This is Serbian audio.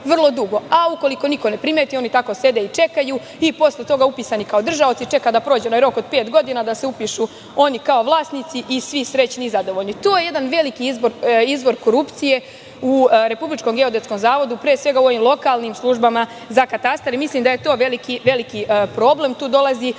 vrlo dugo, a ukoliko niko ne primeti, oni sede i čekaju i posle toga upisani kao držaoci čekaju da prođe onaj rok od pet godina da se upišu oni kao vlasnici i svi srećni i zadovoljni. To je jedan veliki izvor korupcije u RGZ, u ovim lokalnim službama za katastr i mislim da je to veliki problem, jer tu dolazi